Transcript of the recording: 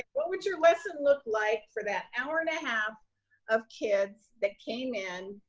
ah what would your lesson look like for that hour and a half of kids that came in?